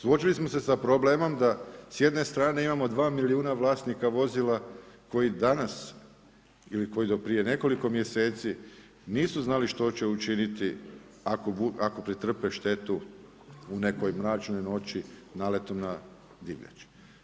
Suočili smo se s problemom da s jedne strane imamo 2 milijuna vlasnika vozila koji danas, ili koji do prije nekoliko mjeseci, nisu znali što će učiniti ako pretrpe štetu u nekoj mračnoj noći, naletom na divljač.